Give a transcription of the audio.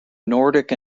nordic